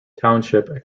township